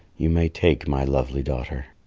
you may take my lovely daughter.